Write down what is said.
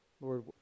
Lord